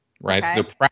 right